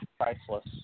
priceless